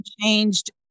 changed